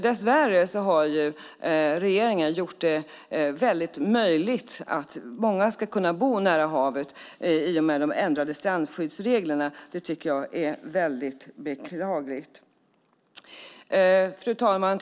Dess värre har regeringen gjort det möjligt för väldigt många att bo nära havet i och med de ändrade strandskyddsreglerna. Det tycker jag är beklagligt. Fru ålderspresident!